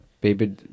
baby